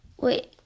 Wait